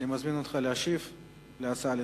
אני מזמין אותך להשיב על ההצעה לסדר-היום.